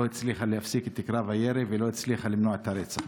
לא הצליחה להפסיק את קרב הירי ולא הצליחה למנוע את הרצח.